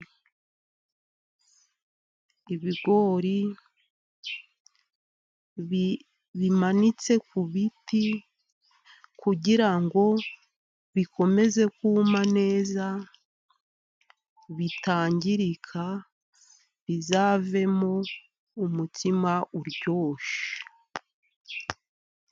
Ibigori bimanitse ku biti, kugira ngo bikomeze kuma neza bitangirika, bizavemo umutsima uryoshye.